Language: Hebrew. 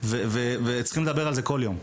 בין אם זה לקבל הערות כמו,